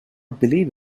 believe